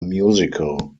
musical